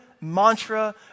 mantra